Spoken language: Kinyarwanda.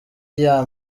iya